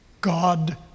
God